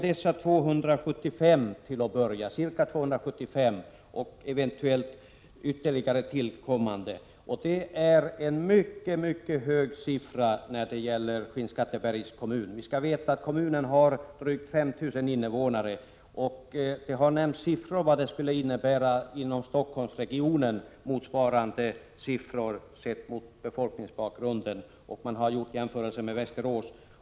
Det gäller till en början ca 275 personer och eventuellt ytterligare tillkommande. Det är en mycket hög siffra när det gäller Skinnskattebergs kommun. Kommunen har drygt 5 000 invånare. Det har här nämnts vad motsvarande siffra skulle bli för Stockholmsregionen och för Västerås mot bakgrund av befolkningens storlek på de orterna.